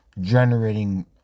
generating